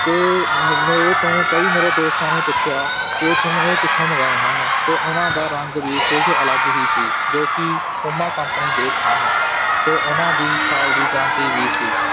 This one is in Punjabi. ਅਤੇ ਮੇਰੇ ਤੋਂ ਕਈ ਮੇਰੇ ਦੋਸਤਾਂ ਨੇ ਪੁੱਛਿਆ ਕਿ ਤੂੰ ਇਹ ਕਿੱਥੋਂ ਮੰਗਵਾਏ ਹਨ ਅਤੇ ਉਹਨਾਂ ਦਾ ਰੰਗ ਵੀ ਕੁਛ ਅਲੱਗ ਹੀ ਸੀ ਜੋ ਕਿ ਪੁੰਮਾ ਕੰਪਨੀ ਦੇ ਸਨ ਅਤੇ ਉਹਨਾਂ ਦੀ ਸਾਲ ਦੀ ਗਰੰਟੀ ਵੀ ਸੀ